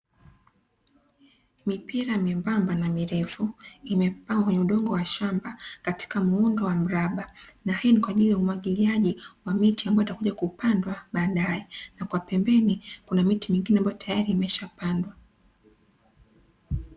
Mipira mwembamba na mirefu, imepangwa kwenye udongo wa shamba katika muundo wa mraba, na hii ni kwajili wa umwagiliaji wa miti ambayo itakuja kupandwa baadaye. Na kwa pembeni kuna miti mingine ambayo tayari imeshapandwa.